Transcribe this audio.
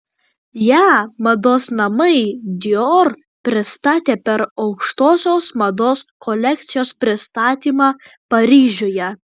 ją mados namai dior pristatė per aukštosios mados kolekcijos pristatymą paryžiuje